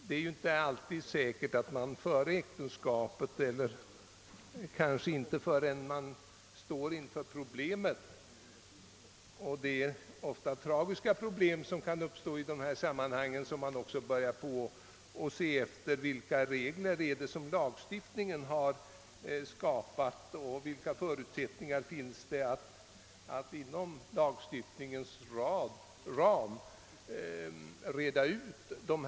Det är inte säkert att man före äktenskapets ingående, eller kanske inte ens förrän man ställs inför problemen — och det är ofta tragiska problem som kan uppstå i dessa sammanhang — som man börjar undersöka vilka regler lagstiftningen har skapat och vilka förutsättningar som finns att inom lagstiftningens ram reda ut begreppen.